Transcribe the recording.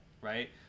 right